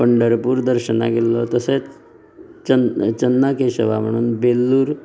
पंढरपूर दर्शना गेल्लो तशेंच चन्न चन्ना केशवा म्हण बेल्लूर